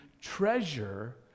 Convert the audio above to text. treasure